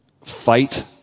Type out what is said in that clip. fight